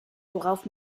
worauf